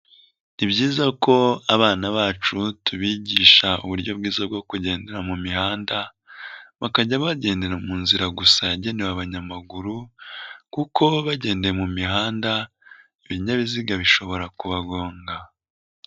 Ni byiza ko abana bacu tubigisha uburyo bwiza bwo kugendera mu mihanda, bakajya bagendera mu nzira gusa yagenewe abanyamaguru kuko bagendeye mu mihanda ibinyabiziga bishobora kubagonga.